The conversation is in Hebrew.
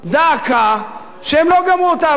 דא עקא, שהם לא גמרו את העבודה.